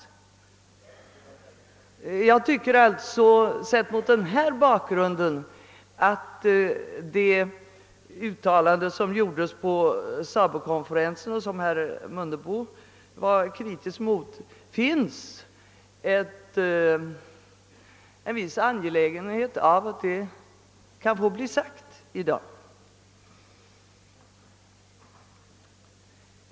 Mot den bakgrunden tycker jag att det uttalande, som gjordes på SABO konferensen och som herr Mundebo var kritisk mot, tål att upprepas här i dag.